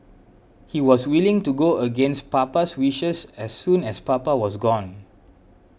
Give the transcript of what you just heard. he was willing to go against Papa's wishes as soon as Papa was gone